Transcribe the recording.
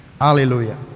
hallelujah